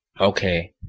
Okay